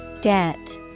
Debt